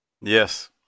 Yes